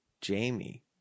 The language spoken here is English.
Jamie